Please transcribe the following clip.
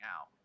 out